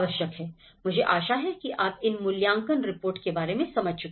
मुझे आशा है कि आप इन मूल्यांकन रिपोर्ट के बारे में समझ चुके हैं